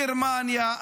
גרמניה,